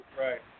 right